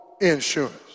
insurance